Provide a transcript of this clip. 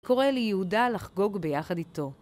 קורא ליהודה לחגוג ביחד איתו.